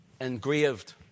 engraved